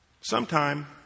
Sometime